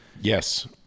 Yes